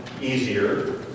easier